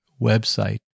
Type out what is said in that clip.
website